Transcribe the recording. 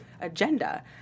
agenda